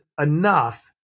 enough